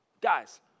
Guys